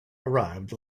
arrived